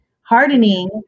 hardening